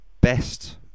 best